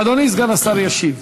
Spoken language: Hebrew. אדוני סגן השר ישיב.